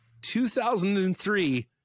2003